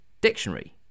dictionary